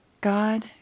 God